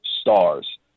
stars